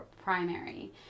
primary